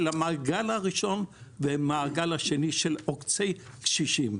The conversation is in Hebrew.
המעגל הראשון והמעגל השני של עוקצי קשישים.